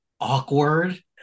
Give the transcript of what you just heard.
awkward